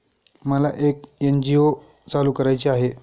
मला एक एन.जी.ओ चालू करायची आहे